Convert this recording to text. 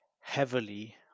heavily